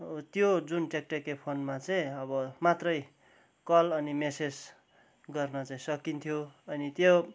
त्यो जुन ट्याक्ट्याके फोनमा चाहिँ अब मात्रै कल अनि मेसेज गर्न चाहिँ सकिन्थ्यो अनि त्यो